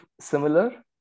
similar